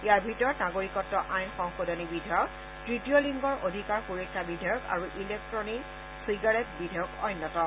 ইয়াৰ ভিতৰত নাগৰিকত্ব আইন সংশোধনী বিধেয়ক তৃতীয় লিংগৰ অধিকাৰ সুৰক্ষা বিধেয়ক আৰু ইলেকটুনিক চিগাৰেট বিধেয়ক অন্যতম